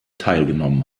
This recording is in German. teilgenommen